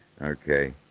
Okay